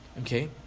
Okay